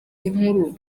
inkuru